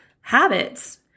habits